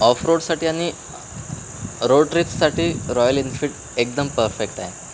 of रोडसाठी आणि road ट्र्रीपसाठी रॉयल एन्फील्ड एकदम परफेक्ट आहे